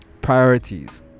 priorities